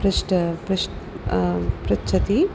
पृष्ट पृश् पृच्छति